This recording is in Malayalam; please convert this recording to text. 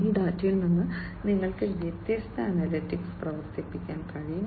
ഈ ഡാറ്റയിൽ നിന്ന് നിങ്ങൾക്ക് വ്യത്യസ്ത അനലിറ്റിക്സ് പ്രവർത്തിപ്പിക്കാൻ കഴിയും